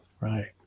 right